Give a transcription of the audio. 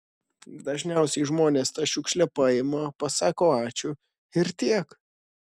dažniausiai žmonės tą šiukšlę paima pasako ačiū ir tiek